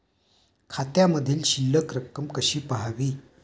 खात्यामधील शिल्लक रक्कम कशी पहावी?